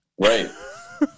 Right